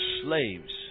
slaves